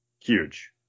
Huge